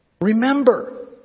remember